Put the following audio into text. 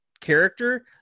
character